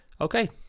Okay